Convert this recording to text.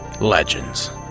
Legends